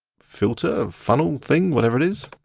filter or funnel thing, whatever it is